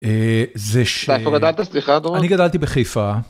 זה... אני גדלתי בחיפה.